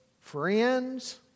friends